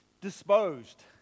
disposed